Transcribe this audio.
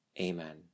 Amen